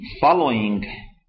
following